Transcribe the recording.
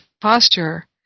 posture